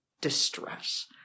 distress